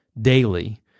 daily